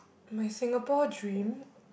my Singapore dream